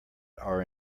are